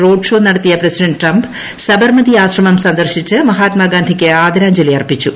road show നടത്തിയ president Trump Sabarmati ആശ്രമം സന്ദർശിച്ച് മഹാത്മാഗാന്ധിക്ക് ആദരാഞ്ജലി അർപ്പിച്ചു